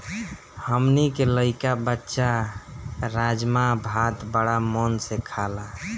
हमनी के लइका बच्चा राजमा भात बाड़ा मन से खाला